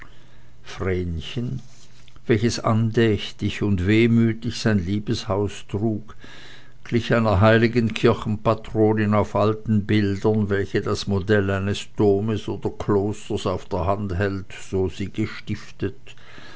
vrenchen welches andächtig und wehmütig sein liebeshaus trug glich einer heiligen kirchenpatronin auf alten bildern welche das modell eines domes oder klosters auf der hand hält so sie gestiftet